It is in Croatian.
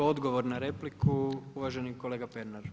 Odgovor na repliku uvaženi kolega Pernar.